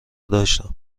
داشتم